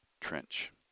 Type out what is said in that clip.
Trench